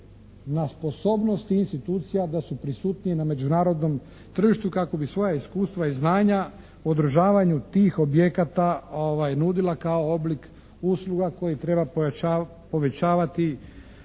na sposobnost tih institucija da su prisutniji na međunarodnom tržištu kako bi svoja iskustva i znanja o održavanju tih objekata nudila kao oblik usluga koji treba povećavati,